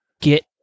Get